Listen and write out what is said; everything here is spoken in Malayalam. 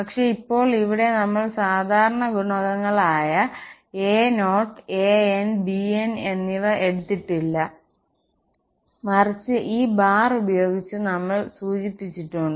പക്ഷേ ഇപ്പോൾ ഇവിടെ നമ്മൾ സാധാരണ ഗുണകങ്ങളായ a0 an bn എന്നിവ എടുത്തിട്ടില്ല മറിച്ച് ഈ ബാർ ഉപയോഗിച്ച് നമ്മൾ സൂചിപ്പിച്ചിട്ടുണ്ട്